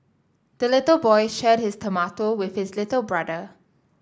the little boy shared his tomato with his little brother